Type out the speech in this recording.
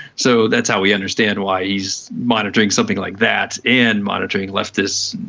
so that's how we understand why he's monitoring something like that and monitoring leftist,